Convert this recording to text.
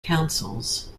councils